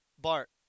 Bart